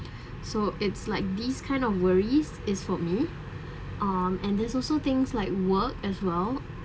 so it's like these kind of worries eats of me um and there's also things like work as well